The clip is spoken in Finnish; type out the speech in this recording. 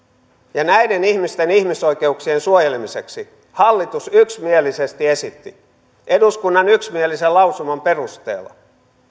ja näiden ihmisten ihmisoikeuksien suojelemiseksi hallitus yksimielisesti esitti eduskunnan yksimielisen lausuman perusteella